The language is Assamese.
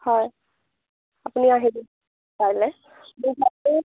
হয় আপুনি আহিব কাইলৈ